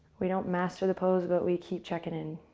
we don't master the pose, but we keep checking in,